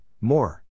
more